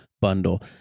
bundle